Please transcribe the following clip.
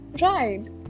Right